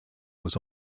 was